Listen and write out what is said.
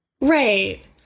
Right